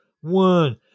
one